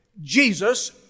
Jesus